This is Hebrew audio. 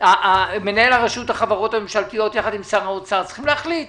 מנהל רשות החברות הממשלתיות ביחד עם שר האוצר צריכים להחליט.